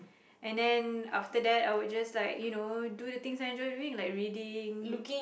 and then after that I would just like you know do the things I enjoy doing like reading